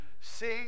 sing